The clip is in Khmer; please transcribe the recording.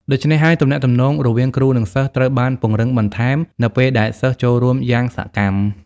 ដូច្នេះហើយទំនាក់ទំនងរវាងគ្រូនិងសិស្សត្រូវបានពង្រឹងបន្ថែម នៅពេលដែលសិស្សចូលរួមយ៉ាងសកម្ម។